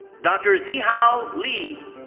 dr. zihao li.